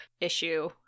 issue